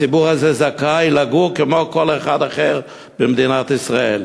הציבור הזה זכאי לגור כמו כל אחד אחר במדינת ישראל.